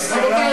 רבותי,